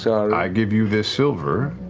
so like give you this silver,